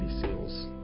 seals